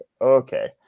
Okay